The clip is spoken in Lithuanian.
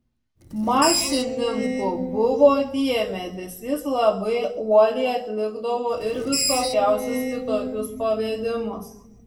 mašininku buvo diemedis jis labai uoliai atlikdavo ir visokiausius kitokius pavedimus